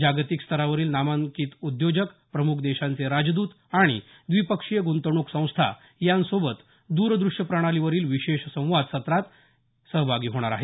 जागतिक स्तरावरील नामांकित उद्योजक प्रमुख देशांचे राजद्त आणि द्विपक्षीय ग्ंतवणूक संस्था यांसोबत द्र द्रश्य प्रणालीवरील विशेष संवाद सत्रात सहभागी होतील